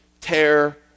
tear